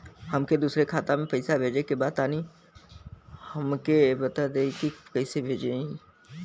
हमके दूसरा खाता में पैसा भेजे के बा तनि हमके बता देती की कइसे भेजाई?